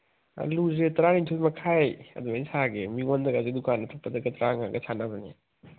ꯑꯥꯜꯂꯨꯁꯦ ꯇ꯭ꯔꯥꯟꯊꯣꯏ ꯃꯈꯥꯏ ꯑꯗꯨꯃꯥꯏꯅ ꯁꯥꯒꯦ ꯃꯤꯉꯣꯟꯗꯒꯗꯤ ꯗꯨꯀꯥꯟ ꯑꯄꯤꯛꯄ ꯇꯔꯥꯃꯉꯥꯒ ꯁꯥꯅꯕꯅꯤ